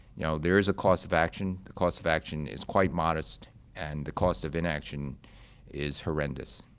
you know, there is a cost of action. the cost of action is quite modest and the cost of inaction is horrendous.